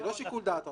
זה לא שיקול דעת רחב.